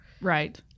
Right